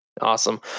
awesome